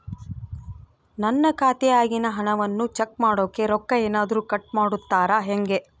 ನನ್ನ ಖಾತೆಯಾಗಿನ ಹಣವನ್ನು ಚೆಕ್ ಮಾಡೋಕೆ ರೊಕ್ಕ ಏನಾದರೂ ಕಟ್ ಮಾಡುತ್ತೇರಾ ಹೆಂಗೆ?